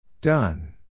Done